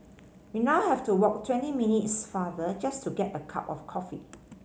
we now have to walk twenty minutes farther just to get a cup of coffee